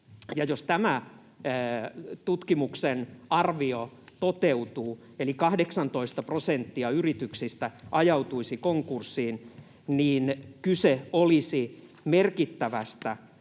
jos tämä tutkimuksen arvio toteutuu eli 18 prosenttia yrityksistä ajautuisi konkurssiin, niin kyse olisi merkittävästä,